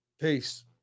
Peace